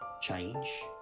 change